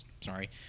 Sorry